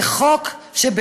זה חוק ש,